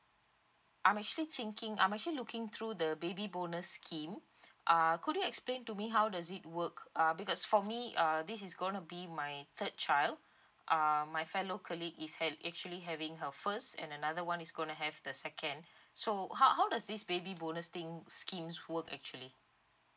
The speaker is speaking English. I'm actually thinking I'm actually looking through the baby bonus scheme uh could you explain to me how does it work uh because for me uh this is gonna be my third child uh my fellow colleague is had actually having her first and another one is gonna have the second so how how does this baby bonus thing schemes work actually